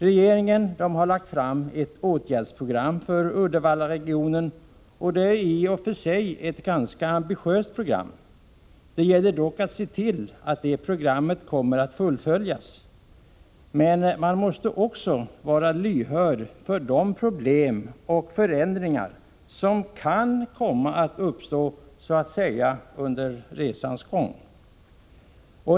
Regeringen har lagt fram ett åtgärdsprogram för Uddevallaregionen. Det är i och för sig ett ganska ambitiöst program. Det gäller dock att se till att programmet kommer att fullföljas. Men man måste också vara lyhörd för de problem och förändringar som kan komma att uppstå så att säga under resans gång.